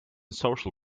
social